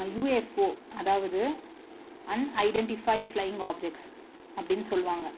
UFO அதாவது unidentified flying objects அப்படின் சொல்லுவாங்கள்